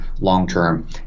long-term